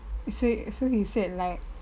he said so he said like